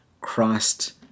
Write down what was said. Christ